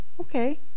okay